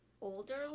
older